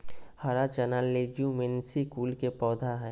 हरा चना लेज्युमिनेसी कुल के पौधा हई